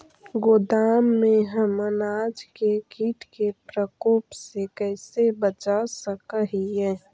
गोदाम में हम अनाज के किट के प्रकोप से कैसे बचा सक हिय?